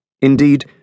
Indeed